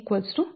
75